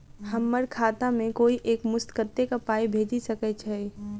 हम्मर खाता मे कोइ एक मुस्त कत्तेक पाई भेजि सकय छई?